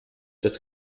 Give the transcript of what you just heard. das